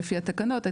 לפי התקנות,